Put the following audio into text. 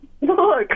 look